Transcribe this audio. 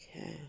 Okay